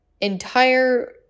entire